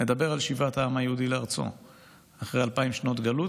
מדבר על שיבת העם היהודי לארצו אחרי אלפיים שנות גלות,